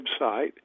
website